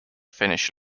finish